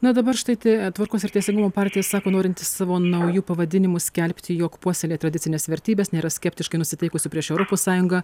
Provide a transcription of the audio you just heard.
na dabar štai ta tvarkos ir teisingumo partija sako norinti savo nauju pavadinimu skelbti jog puoselėja tradicines vertybes nėra skeptiškai nusiteikusi prieš europos sąjungą